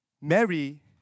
Mary